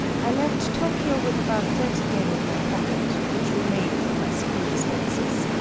i left tokyo with about thirty yen in my pocket, which remained from my school expenses.